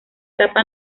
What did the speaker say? etapa